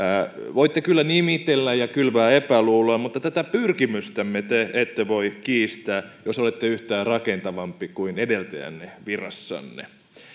voitte kyllä nimitellä ja kylvää epäluuloa mutta tätä pyrkimystämme te ette voi kiistää jos olette yhtään rakentavampi kuin edeltäjänne virassanne